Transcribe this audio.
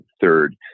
third